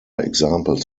examples